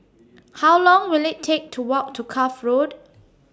How Long Will IT Take to Walk to Cuff Road